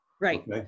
Right